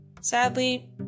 sadly